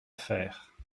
faire